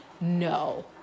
No